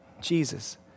Jesus